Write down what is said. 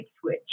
switch